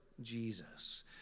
Jesus